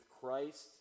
Christ